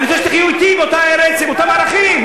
אני רוצה שתחיו אתי באותה ארץ עם אותם ערכים.